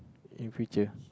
in future